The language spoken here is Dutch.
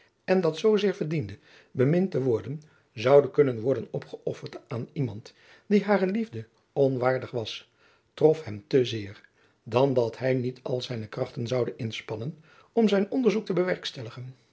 en dat zoo zeer verdiende bemind te worden zoude kunnen jacob van lennep de pleegzoon worden opgeöfferd aan iemand die hare liefde onwaardig was trof hem te zeer dan dat hij niet al zijne krachten zoude inspannen om zijn onderzoek te bewerkstelligen